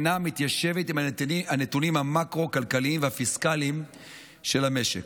אינה מתיישבת עם הנתונים המקרו-כלכליים והפיסקליים של המשק.